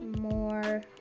more